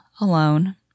alone